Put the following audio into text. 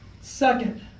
Second